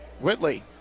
Whitley